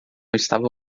estava